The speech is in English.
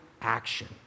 action